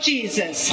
Jesus